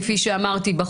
כפי שאמרתי,